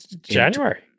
January